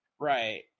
Right